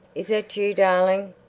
is that you, darling?